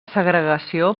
segregació